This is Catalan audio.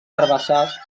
herbassars